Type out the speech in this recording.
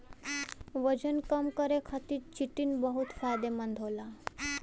वजन कम करे खातिर चिटिन बहुत फायदेमंद होला